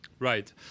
Right